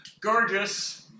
gorgeous